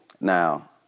Now